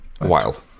wild